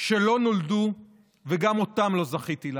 שלא נולדו וגם אותם לא זכיתי להכיר.